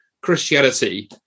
christianity